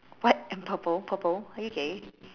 what I'm purple purple are you gay